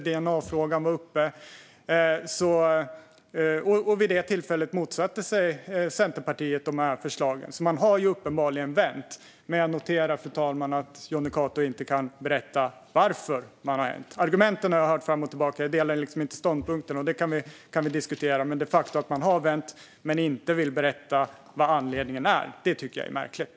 Dna-frågan var uppe. Vid det tillfället motsatte sig Centerpartiet de här förslagen. Man har alltså uppenbarligen vänt. Jag noterar dock, fru talman, att Jonny Cato inte kan berätta varför man har vänt. Argumenten har jag hört fram och tillbaka. Jag delar inte ståndpunkten, och det kan vi diskutera. Men det faktum att man har vänt men inte vill berätta vad anledningen är tycker jag är märkligt.